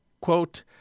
quote